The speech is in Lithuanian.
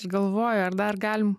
ir galvoju ar dar galim